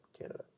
Canada